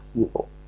evil